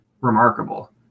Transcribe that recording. remarkable